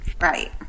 Right